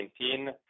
2019